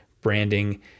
branding